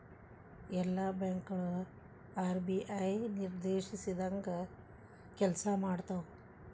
ಎಲ್ಲಾ ಬ್ಯಾಂಕ್ ಗಳು ಆರ್.ಬಿ.ಐ ನಿರ್ದೇಶಿಸಿದಂಗ್ ಕೆಲ್ಸಾಮಾಡ್ತಾವು